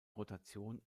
rotation